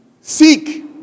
Seek